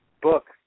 book